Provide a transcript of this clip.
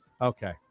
Okay